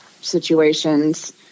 situations